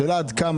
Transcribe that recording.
השאלה עד כמה